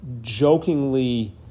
jokingly